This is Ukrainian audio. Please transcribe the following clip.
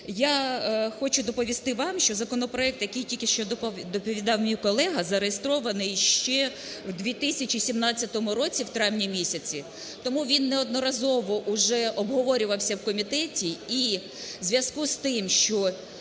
Я хочу доповісти вам, що законопроект, який тільки що доповідав мій колега, зареєстрований ще в 2017 році, в травні місяці. Тому він неодноразово вже обговорювався в комітеті. І у зв'язку з тим, що